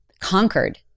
conquered